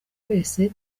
wese